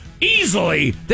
easily